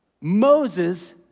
Moses